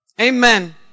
Amen